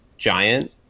giant